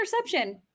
interception